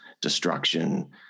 destruction